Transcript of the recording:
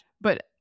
But-